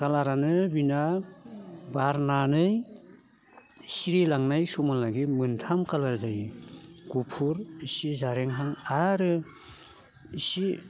कालारानो बिना बारनानै सिरिलांनाय समालागै मोनथाम कालार जायो गुफुर इसे जारेंहां आरो इसे